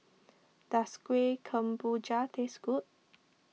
does Kueh Kemboja taste good